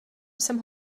jsem